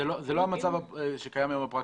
זה לא המצב שקיים כיום בפרקטיקה.